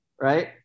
right